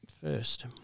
first